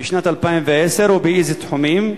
בשנת 2010, ובאילו תחומים?